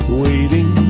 waiting